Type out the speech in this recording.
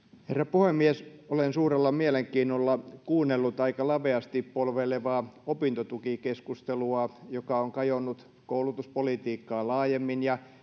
puhemies olen suurella mielenkiinnolla kuunnellut aika laveasti polveilevaa opintotukikeskustelua joka on kajonnut koulutuspolitiikkaan laajemmin ja